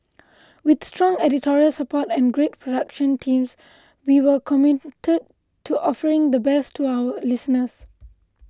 with strong editorial support and great production teams we will committed to offering the best to our listeners